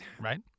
right